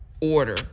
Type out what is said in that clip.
order